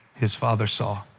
his father saw,